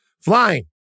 Flying